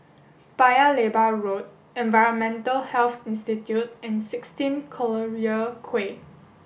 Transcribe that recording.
Paya Lebar Road Environmental Health Institute and sixteen Collyer Quay